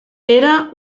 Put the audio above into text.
era